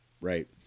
right